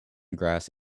grass